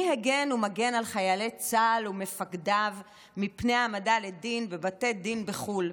מי הגן ומגן על חיילי צה"ל ומפקדיו מפני העמדה לדין בבתי דין בחו"ל?